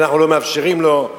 ואנחנו לא מאפשרים לו.